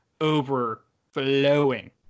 overflowing